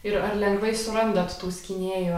ir ar lengvai surandat tų skynėjų